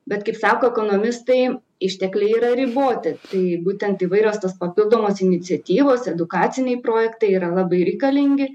bet kaip sako ekonomistai ištekliai yra riboti tai būtent įvairios tos papildomos iniciatyvos edukaciniai projektai yra labai reikalingi